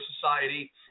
society